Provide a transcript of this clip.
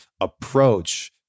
approach